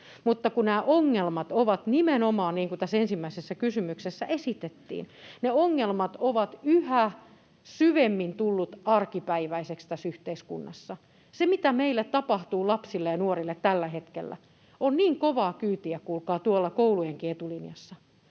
aikaan. Kyllä on saatu, mutta niin kuin tässä ensimmäisessä kysymyksessä esitettiin, nämä ongelmat ovat nimenomaan yhä syvemmin tulleet arkipäiväisiksi tässä yhteiskunnassa. Se, mitä meillä tapahtuu lapsille ja nuorille tällä hetkellä, on niin kovaa kyytiä, kuulkaa, tuolla koulujenkin etulinjassa.